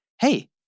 hey